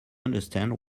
understand